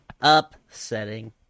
Upsetting